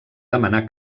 demanar